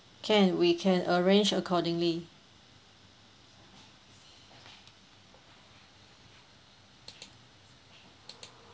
can we can arrange accordingly